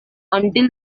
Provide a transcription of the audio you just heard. until